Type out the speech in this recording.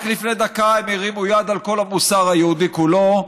רק לפני דקה הם הרימו יד על כל המוסר היהודי כולו,